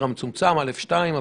שהוא מורכב וחשוב.